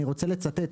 אני רוצה לצטט,